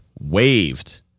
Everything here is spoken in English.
waved